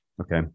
Okay